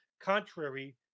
contrary